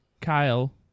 Kyle